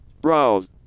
browse